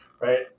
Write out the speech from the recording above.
right